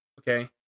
Okay